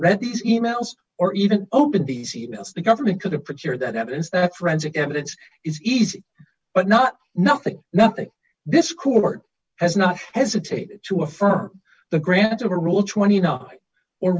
read these e mails or even opened these e mails the government could have put your that evidence that forensic evidence is easy but not nothing nothing this court has not hesitated to affirm the granta rule twenty nine or